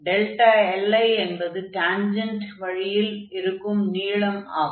li என்பது tangent வழியில் இருக்கும் நீளம் ஆகும்